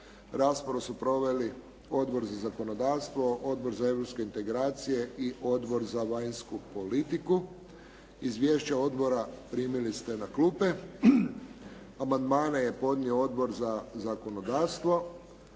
Raspravu su proveli Odbor za zakonodavstvo, Odbor za europske integracije i Odbor za vanjsku politiku. Izvješća odbora primili ste na klupe. Amandmane je podnio Odbor za zakonodavstvo.